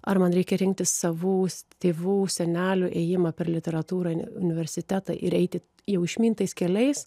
ar man reikia rinktis savus tėvų senelių ėjimą per literatūrą universitetą ir eiti jau išmintais keliais